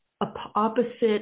opposite